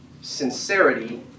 Sincerity